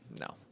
No